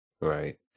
right